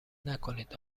نکنید